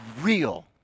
real